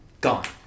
gone